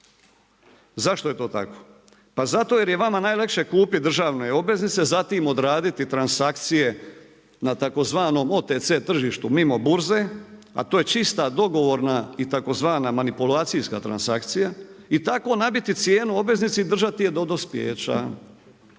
Zašto je to tako? Pa zato jer je vama najlakše kupiti državne obveznice, zatim odraditi transakcije na tzv. OTC tržištu mimo burze a to je čista dogovorna i tzv. manipulacijska transakcija i tako nabiti cijenu obveznici i držati je do dospijeća.